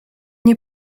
nie